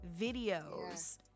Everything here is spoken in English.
videos